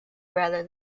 rather